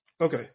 Okay